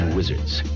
wizards